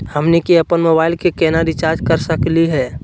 हमनी के अपन मोबाइल के केना रिचार्ज कर सकली हे?